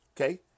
okay